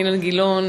אילן גילאון,